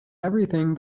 everything